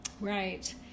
Right